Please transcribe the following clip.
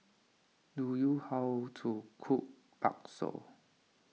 do you how to cook Bakso